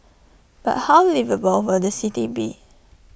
but how liveable will the city be